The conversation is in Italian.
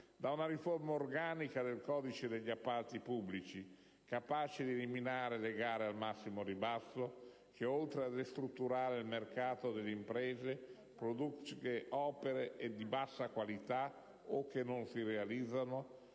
da una riforma organica del codice degli appalti pubblici capace di eliminare le gare al massimo ribasso, che oltre a destrutturare il mercato delle imprese producono opere di bassa qualità o che non si realizzano,